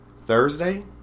thursday